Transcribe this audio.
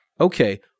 okay